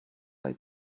eye